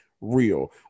real